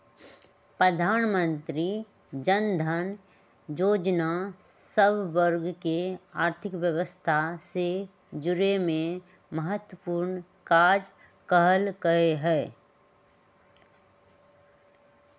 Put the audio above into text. प्रधानमंत्री जनधन जोजना सभ वर्गके अर्थव्यवस्था से जुरेमें महत्वपूर्ण काज कल्कइ ह